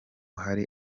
hari